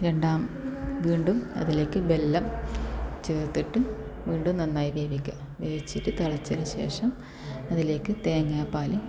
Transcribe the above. രണ്ടാം വീണ്ടും അതിലേക്ക് ബെല്ലം ചേർത്തിട്ട് വീണ്ടും നന്നായി വേവിക്കുക വേവിച്ചിട്ട് തിളച്ചതിനു ശേഷം അതിലേക്ക് തേങ്ങാപ്പാൽ